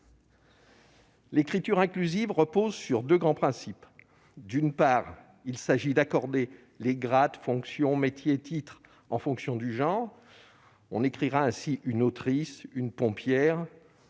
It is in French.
L'écriture inclusive repose sur deux grands principes. D'une part, il s'agit d'accorder les grades, fonctions, métiers et titres en fonction du genre- on écrira ainsi « une autrice »,« une pompière